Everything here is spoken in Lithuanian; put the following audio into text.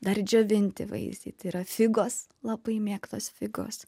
dar džiovinti vaisiai tai yra figos labai mėgtos figos